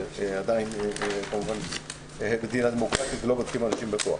זה עדיין מדינה דמוקרטית ולא בודקים אנשים בכוח.